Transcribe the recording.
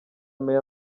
meya